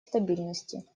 стабильности